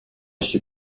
suis